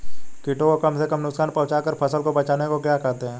कीटों को कम से कम नुकसान पहुंचा कर फसल को बचाने को क्या कहते हैं?